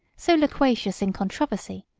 so loquacious in controversy,